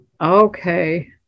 Okay